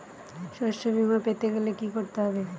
শষ্যবীমা পেতে গেলে কি করতে হবে?